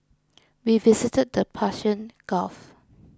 we visited the Persian Gulf